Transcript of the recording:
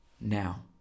now